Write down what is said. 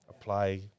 apply